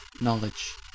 knowledge